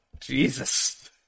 Jesus